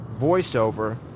voiceover